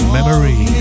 Memory